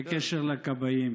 בקשר לכבאים